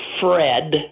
Fred